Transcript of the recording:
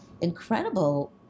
incredible